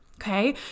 Okay